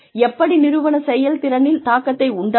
எப்படி நிறுவன செயல்திறனில் தாக்கத்தை உண்டாக்கும்